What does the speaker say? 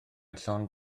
llond